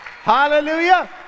Hallelujah